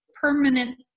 permanent